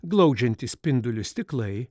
glaudžiantys spindulius stiklai